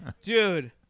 dude